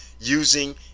using